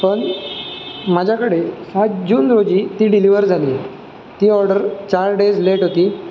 पण माझ्याकडे सात जून रोजी ती डिलिवर झाली ती ऑर्डर चार डेज लेट होती